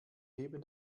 heben